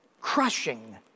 crushing